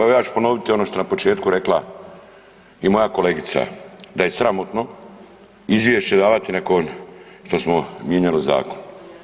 Evo ja ću ponoviti ono šta je na početku rekla i moja kolegica da je sramotno izvješće davati nakon što smo mijenjali zakon.